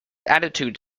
attitude